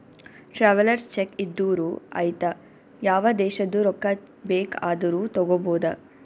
travellers cheque ಇದ್ದೂರು ಐಯ್ತ ಯಾವ ದೇಶದು ರೊಕ್ಕಾ ಬೇಕ್ ಆದೂರು ತಗೋಬೋದ